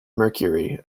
mercury